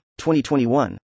2021